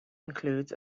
includes